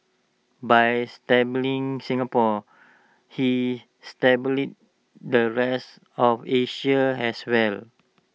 by stabilising Singapore he stabilised the rest of Asia as well